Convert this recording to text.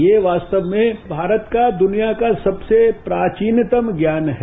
ये वास्तव में भारत का दुनिया का सबसे प्राचीनतम ज्ञान है